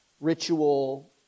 ritual